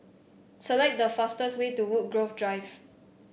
select the fastest way to Woodgrove Drive